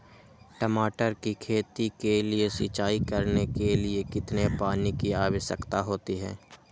टमाटर की खेती के लिए सिंचाई करने के लिए कितने पानी की आवश्यकता होती है?